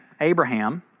Abraham